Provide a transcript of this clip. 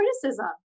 criticism